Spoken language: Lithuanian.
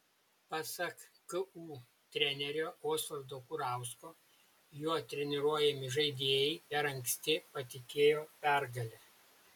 pasak ku trenerio osvaldo kurausko jo treniruojami žaidėjai per anksti patikėjo pergale